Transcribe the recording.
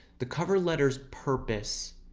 the cover letter's purpose,